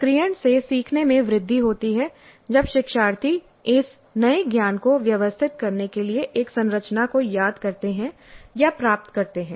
सक्रियण से सीखने में वृद्धि होती है जब शिक्षार्थी इस नए ज्ञान को व्यवस्थित करने के लिए एक संरचना को याद करते हैं या प्राप्त करते हैं